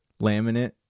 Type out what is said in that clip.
laminate